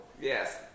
Yes